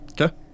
Okay